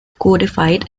codified